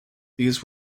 these